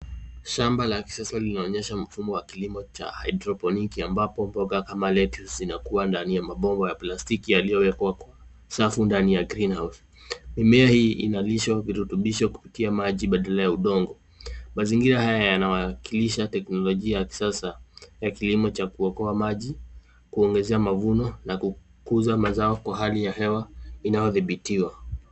Shamba la kisasa linaonyesha mfumo wa kilimo cha haedroponiki ambapo mboga kama lettuce zinakua ndani ya mabomba ya plastiki yaliyowekwa kwa safu ndani ya greenhouse . Mimea hii inalishwa virutubisho kupitia maji badala ya udongo. Mazingira haya yanawakilisha teknolojia ya kisasa ya kilimo cha kuokoa maji, kuongezea mavuno na kukuza mazao kwa hali ya hewa inayodhibitiwa.